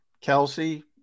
Kelsey